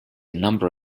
number